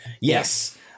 Yes